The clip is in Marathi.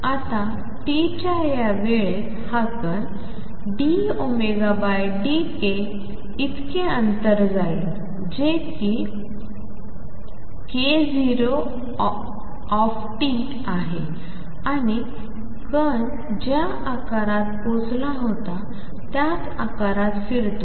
आता t या वेळेत हा कण dωd k इतके अंतर जाईल जे कि k0 t आहे आणि कण ज्या आकारात पोचला होता त्याच आकारात फिरतो